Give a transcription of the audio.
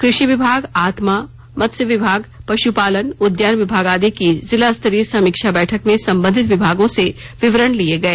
कृषि विभाग आत्मा मत्स्य विभाग पशुपालन उद्यान विभाग आदि की जिला स्तरीय समीक्षा बैठक में संबंधित विभागों से विवरण लिए गए